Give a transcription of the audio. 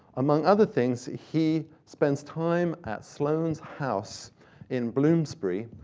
among other things, he spends time at sloane's house in bloomsbury.